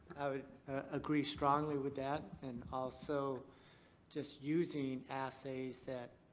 i would agree strongly with that and also just using assays that.